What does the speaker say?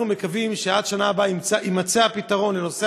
אנחנו מקווים שעד השנה הבאה יימצא הפתרון לנושא